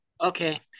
Okay